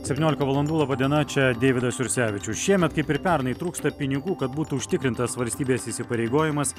septyniolika valandų laba diena čia deividas jursevičius šiemet kaip ir pernai trūksta pinigų kad būtų užtikrintas valstybės įsipareigojimas